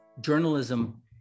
Journalism